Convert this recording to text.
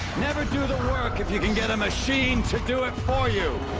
never do the work if you can get machine to do it for you!